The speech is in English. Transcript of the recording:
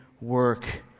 work